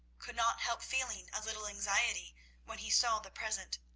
could not help feeling a little anxiety when he saw the present.